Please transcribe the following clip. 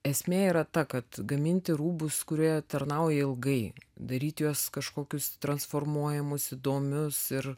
esmė yra ta kad gaminti rūbus kurie tarnauja ilgai daryti juos kažkokius transformuojamus įdomius ir